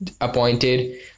appointed